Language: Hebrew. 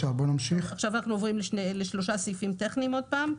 אנחנו עוברים שוב לשלושה סעיפים טכניים.